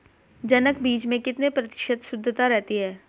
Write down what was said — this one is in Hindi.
जनक बीज में कितने प्रतिशत शुद्धता रहती है?